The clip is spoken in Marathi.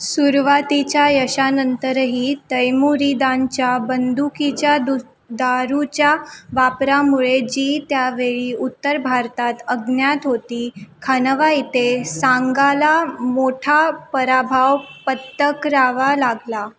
सुरूवातीच्या यशानंतरही तैमुरीदांच्या बंदुकीच्या दु दारूच्या वापरामुळे जी त्यावेळी उत्तर भारतात अज्ञात होती खांडवा इथे सांगाला मोठा पराभाव पत्करावा लागला